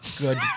good